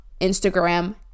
Instagram